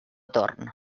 torn